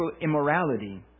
immorality